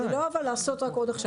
זה לא רק לעשות הכשרה.